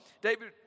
David